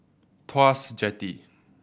Tuas Jetty